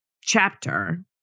chapter